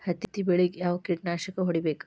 ಹತ್ತಿ ಬೆಳೇಗ್ ಯಾವ್ ಕೇಟನಾಶಕ ಹೋಡಿಬೇಕು?